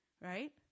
right